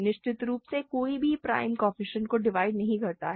निश्चित रूप से कोई भी प्राइम कोएफ़िशिएंट्स को डिवाइड नहीं करता है